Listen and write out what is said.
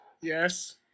yes